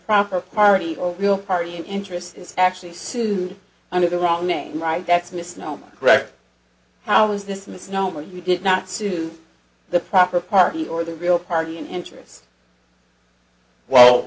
proper party or real party in interest is actually sued under the wrong name right that's misnomer correct how is this misnomer he did not sue the proper party or the real party in interest well